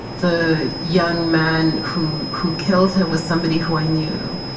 the young man who who killed her was somebody who i knew,